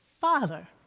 Father